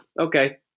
okay